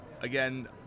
again